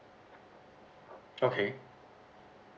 okay